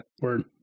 Word